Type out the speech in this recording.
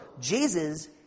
Jesus